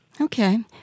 Okay